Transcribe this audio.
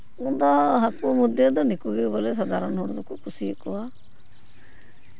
ᱤᱧᱫᱚ ᱦᱟᱹᱠᱩ ᱢᱚᱫᱽᱫᱷᱮ ᱨᱮᱫᱚ ᱱᱤᱠᱩ ᱜᱮ ᱵᱚᱞᱮ ᱥᱟᱫᱷᱟᱨᱚᱱ ᱦᱚᱲ ᱫᱚᱠᱚ ᱠᱩᱥᱤᱭᱟᱠᱚᱣᱟ